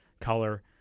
color